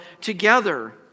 together